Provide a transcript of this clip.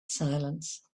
silence